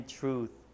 truth